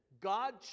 God